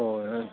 ꯑꯣ